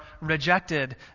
rejected